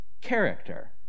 character